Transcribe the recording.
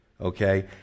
okay